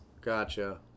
Gotcha